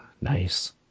nice